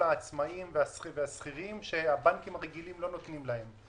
העצמאיים והשכירים שהבנקים הרגילים לא נותנים להם?